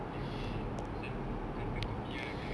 the selalu kata to me ah like